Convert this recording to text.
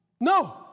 no